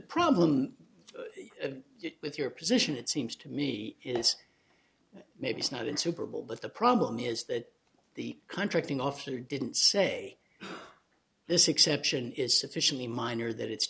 problem with your position it seems to me is maybe it's not insuperable but the problem is that the contracting officer didn't say this exception is sufficiently minor that it's